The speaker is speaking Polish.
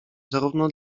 zarówno